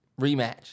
Rematch